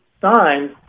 signs